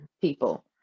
people